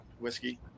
whiskey